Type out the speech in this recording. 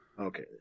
Okay